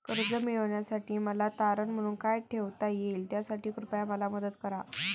कर्ज मिळविण्यासाठी मला तारण म्हणून काय ठेवता येईल त्यासाठी कृपया मला मदत करा